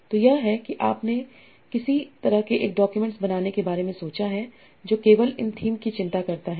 तो यह है कि आपने किसी तरह एक डॉक्यूमेंट्स बनाने के बारे में सोचा है जो केवल इन थीम की चिंता करता है